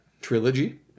trilogy